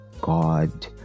God